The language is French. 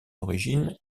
origine